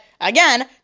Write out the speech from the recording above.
again